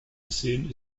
gesehen